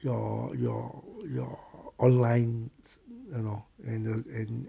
your your your online you know and the and